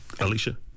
alicia